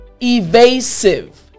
evasive